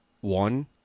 one